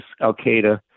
Al-Qaeda